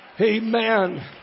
Amen